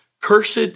cursed